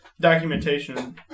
documentation